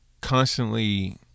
constantly